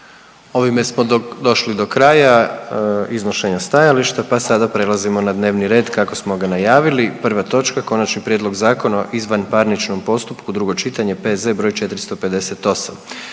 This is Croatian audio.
**Jandroković, Gordan (HDZ)** pa sada prelazimo na dnevni red kako samo ga najavili. Prva točka: - Konačni prijedlog Zakona o izvanparničnom postupku, drugo čitanje, P.Z. br. 458